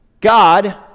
God